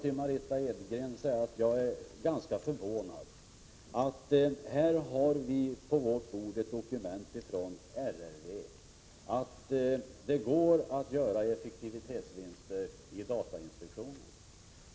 Till Margitta Edgren vill jag säga att jag är ganska förvånad. Här har vi på vårt bord ett dokument från riksrevisionsverket som säger att det går att göra effektivitetsvinster i datainspektionen.